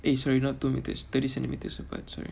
it is really not two metres thirty centimetres apart sorry